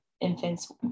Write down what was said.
infants